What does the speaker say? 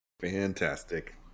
Fantastic